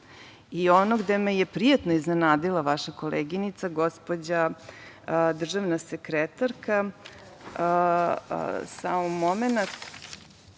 i ono gde me je prijatno iznenadila vaša koleginica, gospođa državna sekretarka, gospođa